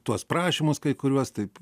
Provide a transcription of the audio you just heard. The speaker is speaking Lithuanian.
tuos prašymus kai kuriuos taip